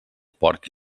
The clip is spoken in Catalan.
porc